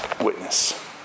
witness